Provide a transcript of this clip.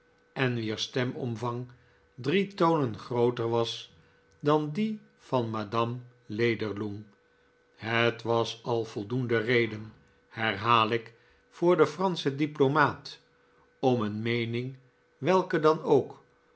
en wier stemomvang drie tonen grooter was dan die van madame lederlung het was al voldoende reden herhaal ik voor den franschen diplomaat om een meening welke dan ook